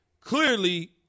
clearly